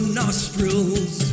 nostrils